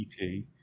EP